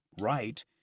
right